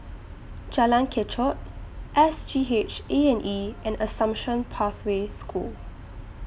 Jalan Kechot S G H A and E and Assumption Pathway School